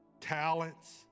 talents